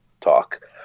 talk